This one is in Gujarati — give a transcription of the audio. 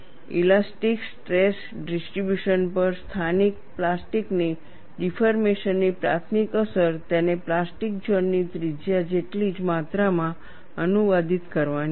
ઇલાસ્ટિક સ્ટ્રેસ ડિસ્ટ્રિબ્યુશન પર સ્થાનિક પ્લાસ્ટિકની ડિફોર્મેશન ની પ્રાથમિક અસર તેને પ્લાસ્ટિક ઝોન ની ત્રિજ્યા જેટલી જ માત્રામાં અનુવાદિત કરવાની છે